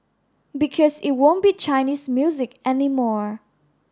because it won't be Chinese music anymore